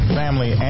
family